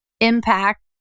impact